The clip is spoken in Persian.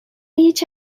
هیچ